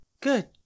Good